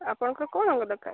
ଆପଣଙ୍କର କେଉଁ ରଙ୍ଗ ଦରକାର